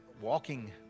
walking